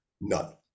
None